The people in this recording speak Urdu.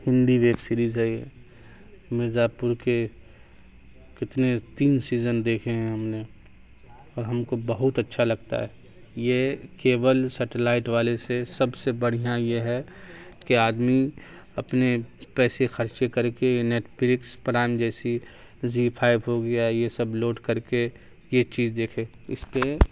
ہندی ویب سیریز ہے یہ مرزا پور کے کتنے تین سیزن دیکھے ہیں ہم نے اور ہم کو بہت اچھا لگتا ہے یہ کیبل سیٹلائٹ والے سے سب سے بڑھیاں یہ ہے کہ آدمی اپنے پیسے خرچ کر کے نیٹ فلکس پرائم جیسی زی فائیف ہو گیا یہ سب لوڈ کر کے یہ چیز دیکھے اس کے